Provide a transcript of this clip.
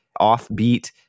offbeat